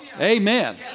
amen